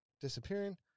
disappearing